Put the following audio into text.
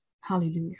Hallelujah